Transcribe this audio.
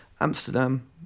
amsterdam